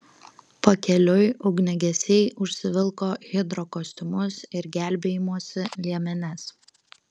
pakeliui ugniagesiai užsivilko hidrokostiumus ir gelbėjimosi liemenes